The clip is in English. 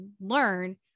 learn